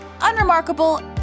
Unremarkable